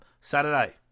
Saturday